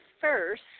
first